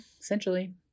Essentially